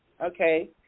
okay